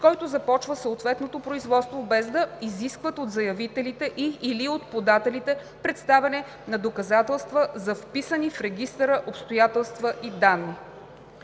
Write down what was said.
който започва съответното производство, без да изискват от заявителите и/или от подателите представяне на доказателства за вписани в регистъра обстоятелства и данни.“